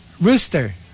rooster